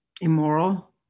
immoral